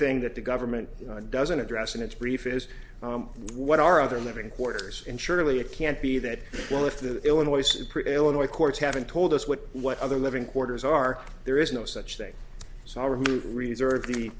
thing that the government doesn't address in its brief is what are other living orders and surely it can't be that or if the illinois supreme illinois courts haven't told us what what other living quarters are there is no such thing so remove reserved the